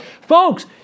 Folks